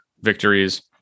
victories